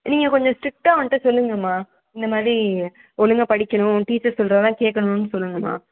நீங்கள் கொஞ்சம் ஸ்டிரிக்டாக அவன்கிட்ட சொல்லுங்கம்மா இந்த மாரி ஒழுங்காக படிக்கணும் டீச்சர் சொல்லுறதுலாம் கேட்கணுன்னு சொல்லுங்கம்மா